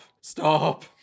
Stop